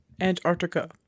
Antarctica